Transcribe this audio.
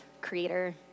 creator